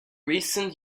recent